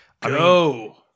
Go